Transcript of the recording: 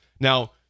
now